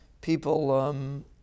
people